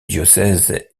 diocèse